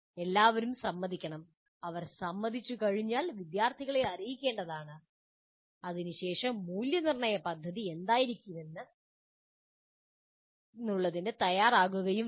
എല്ലാവരും സമ്മതിക്കണം അവർ സമ്മതിച്ചുകഴിഞ്ഞാൽ അതിനുശേഷം മൂല്യനിർണ്ണയ പദ്ധതി എന്തായിരിക്കുമെന്ന് വിദ്യാർത്ഥികളെ അറിയിക്കുകയും അവരെ തയ്യാറാക്കുകയും വേണം